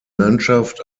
landschaft